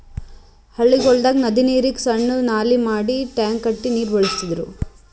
ಹಳ್ಳಿಗೊಳ್ದಾಗ್ ನದಿ ನೀರಿಗ್ ಸಣ್ಣು ನಾಲಿ ಮಾಡಿ ಟ್ಯಾಂಕ್ ಕಟ್ಟಿ ನೀರ್ ಬಳಸ್ತಿದ್ರು